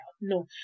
No